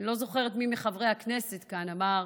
אני לא זוכרת מי מחברי הכנסת כאן אמר: